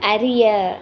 அறிய